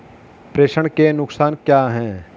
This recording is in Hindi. प्रेषण के नुकसान क्या हैं?